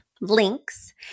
links